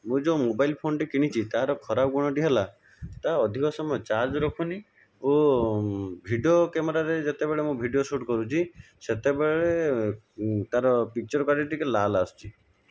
ମୁଁ ଯେଉଁ ମୋବାଇଲ ଫୋନଟି କିଣିଛି ତା'ର ଖରାପ ଗୁଣଟି ହେଲା ତାହା ଅଧିକ ସମୟ ଚାର୍ଜ ରଖୁନି ଓ ଭିଡ଼ିଓ କ୍ୟାମେରାରେ ଯେତେବେଳେ ଭିଡ଼ିଓ ସୁଟିଂ କରୁଛି ସେତେବେଳେ ତା'ର ପିକ୍ଚର କ୍ୱାଲିଟି ଟିକେ ଲାଲ ଆସୁଛି